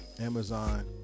Amazon